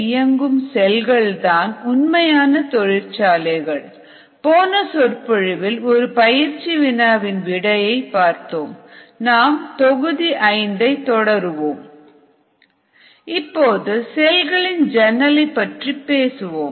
இப்போது செல்களின் ஜன்னலை பற்றி பேசுவோம்